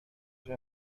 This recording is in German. euch